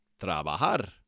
trabajar